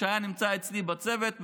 שהיה אצלי בצוות,